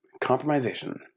compromisation